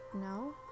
no